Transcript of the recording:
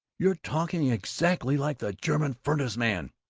you're talking exactly like the german furnace-man.